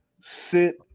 sit